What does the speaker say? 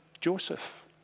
Joseph